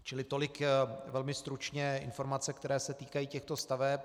Čili tolik velmi stručné informace, které se týkají těchto staveb.